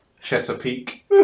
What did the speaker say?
Chesapeake